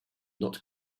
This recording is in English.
not